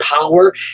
power